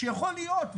שיכול להיות,